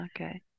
okay